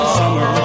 summer